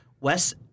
Wes